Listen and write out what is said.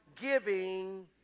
giving